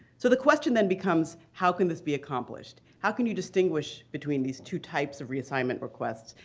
so the question then becomes, how can this be accomplished? how can you distinguish between these two types of reassignment requests,